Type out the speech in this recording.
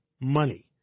money